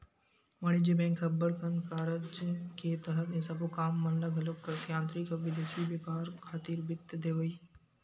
वाणिज्य बेंक ह अब्बड़ कन कारज के तहत ये सबो काम मन ल घलोक करथे आंतरिक अउ बिदेसी बेपार खातिर वित्त देवई